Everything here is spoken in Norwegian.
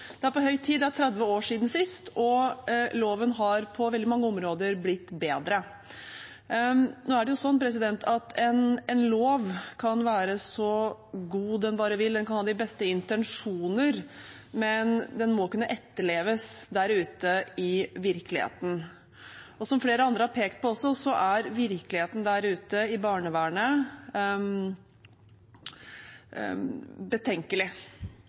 Det er på høy tid – det er 30 år siden sist – og loven er på veldig mange områder blitt bedre. Nå er det slik at en lov kan være så god den bare vil, den kan ha de beste intensjoner, men den må kunne etterleves der ute i virkeligheten. Som også flere andre har pekt på, er virkeligheten der ute i barnevernet betenkelig.